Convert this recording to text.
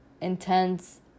intense